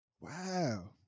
Wow